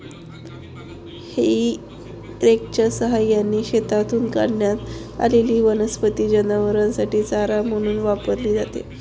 हेई रेकच्या सहाय्याने शेतातून काढण्यात आलेली वनस्पती जनावरांसाठी चारा म्हणून वापरली जाते